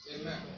Amen